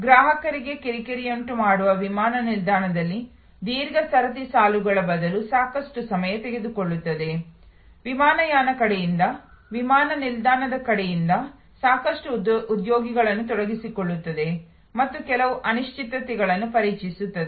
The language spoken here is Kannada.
ಗ್ರಾಹಕರಿಗೆ ಕಿರಿಕಿರಿಯುಂಟುಮಾಡುವ ವಿಮಾನ ನಿಲ್ದಾಣದಲ್ಲಿ ದೀರ್ಘ ಸರತಿ ಸಾಲುಗಳ ಬದಲು ಸಾಕಷ್ಟು ಸಮಯ ತೆಗೆದುಕೊಳ್ಳುತ್ತದೆ ವಿಮಾನಯಾನ ಕಡೆಯಿಂದ ವಿಮಾನ ನಿಲ್ದಾಣದ ಕಡೆಯಿಂದ ಸಾಕಷ್ಟು ಉದ್ಯೋಗಿಗಳನ್ನು ತೊಡಗಿಸಿಕೊಳ್ಳುತ್ತದೆ ಮತ್ತು ಕೆಲವು ಅನಿಶ್ಚಿತತೆಗಳನ್ನು ಪರಿಚಯಿಸುತ್ತದೆ